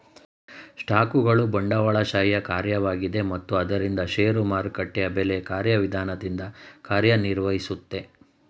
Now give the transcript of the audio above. ಸ್ಟಾಕ್ಗಳು ಬಂಡವಾಳಶಾಹಿಯ ಕಾರ್ಯವಾಗಿದೆ ಮತ್ತು ಆದ್ದರಿಂದ ಷೇರು ಮಾರುಕಟ್ಟೆಯು ಬೆಲೆ ಕಾರ್ಯವಿಧಾನದಿಂದ ಕಾರ್ಯನಿರ್ವಹಿಸುತ್ತೆ